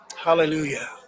Hallelujah